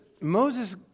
Moses